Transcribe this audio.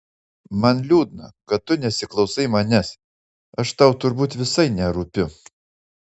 man liūdna kad tu nesiklausai manęs aš tau turbūt visai nerūpiu